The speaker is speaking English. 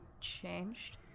changed